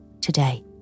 today